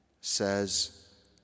says